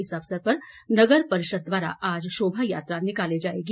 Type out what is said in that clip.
इस अवसर पर नगर परिषद द्वारा आज शोभा यात्रा निकाली जायेगी